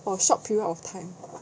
for a short period of time